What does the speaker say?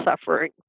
suffering